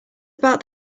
about